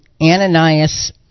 Ananias